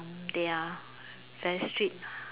they are very strict